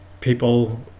people